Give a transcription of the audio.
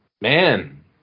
man